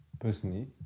personally